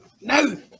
No